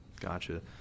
gotcha